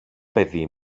παιδί